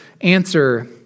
answer